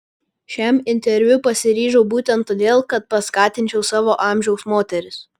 šiam interviu pasiryžau būtent todėl kad paskatinčiau savo amžiaus moteris